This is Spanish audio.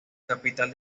capital